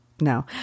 No